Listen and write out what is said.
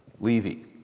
Levy